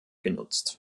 genutzt